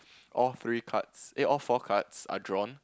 all three cups eh all four cards are drawn